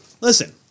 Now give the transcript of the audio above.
Listen